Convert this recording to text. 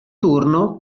turno